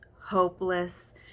hopeless